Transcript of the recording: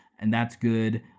and that's good.